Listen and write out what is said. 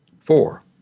Four